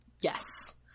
Yes